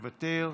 מוותר.